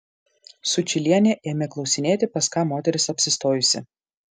sučylienė ėmė klausinėti pas ką moteris apsistojusi